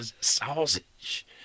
Sausage